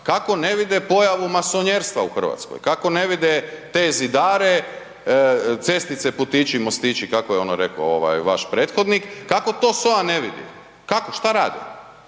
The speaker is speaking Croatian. kako ne vide pojavu masonjerstva u Hrvatskoj, kako ne vide te Zidare, cestice, putići i mostići, kako je ono rekao ovaj vaš prethodnik, kako to SOA ne vidi? Kako, što rade?